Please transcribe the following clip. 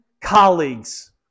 colleagues